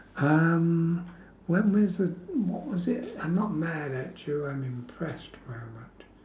um where was it what was it I'm not mad at you I'm impressed moment